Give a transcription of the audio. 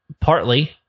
partly